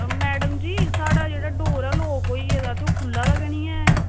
madam ji साढ़ा जेह्ड़ा door ऐ ओह् लॉक होई गेदा खुल्ला दा गै निं ऐ